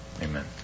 amen